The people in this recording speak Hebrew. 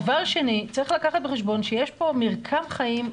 דבר שני, צריך לקחת בחשבון שיש פה מרקם חיים.